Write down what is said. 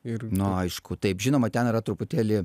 ir nu aišku taip žinoma ten yra truputėlį